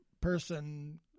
person